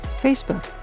Facebook